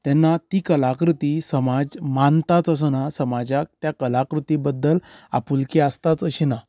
तेन्ना ती कलाकृती समाज मानताच असो ना समाजाक त्या कलाकृती बद्दल आपुलकी आसताच अशी ना